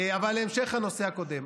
אבל להמשך הנושא הקודם,